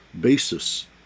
basis